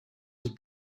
did